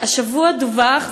השבוע דווח,